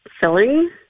filling